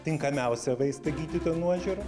tinkamiausią vaistą gydytojo nuožiūra